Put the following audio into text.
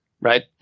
right